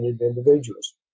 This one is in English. individuals